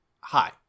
hi